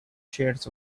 shades